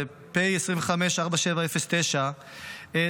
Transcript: זה פ/4709/25,